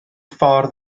ffordd